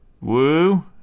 Woo